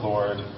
Lord